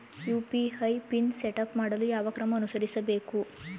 UPI PIN setup ಮಾಡಲು ಯಾವ ಕ್ರಮ ಅನುಸರಿಸಬೇಕು?